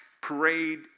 parade